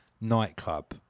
nightclub